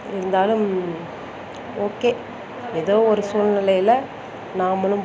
இருந்தாலும் ஓகே எதோ ஒரு சூழ்நிலையில நாமளும்